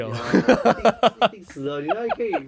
ya 一定一定死的你哪里可以